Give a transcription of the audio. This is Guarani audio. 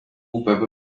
upépe